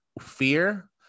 fear